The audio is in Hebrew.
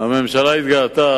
הממשלה התגאתה